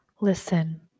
listen